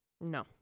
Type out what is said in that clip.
No